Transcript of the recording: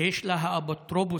שיש לה את האפוטרופסות